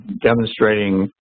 demonstrating